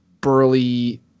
burly